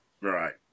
Right